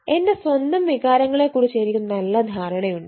എന്റെ സ്വന്തം വികാരങ്ങളെക്കുറിച്ച് എനിക്ക് നല്ല ധാരണയുണ്ട്